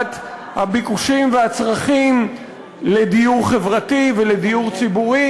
הביקושים והצרכים לדיור חברתי ולדיור ציבורי,